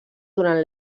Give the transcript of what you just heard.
durant